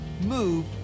move